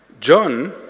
John